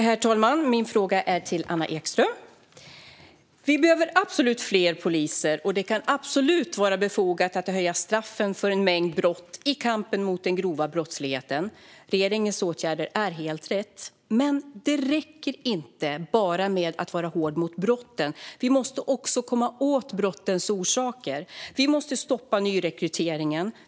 Herr talman! Min fråga går till Anna Ekström. Vi behöver absolut fler poliser, och det kan absolut vara befogat att höja straffen för en mängd brott i kampen mot den grova brottsligheten. Regeringens åtgärder är helt rätt. Men det räcker inte med att bara vara hård mot brotten; vi måste också komma åt brottens orsaker. Vi måste stoppa nyrekryteringen.